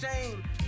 shame